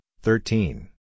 thirteen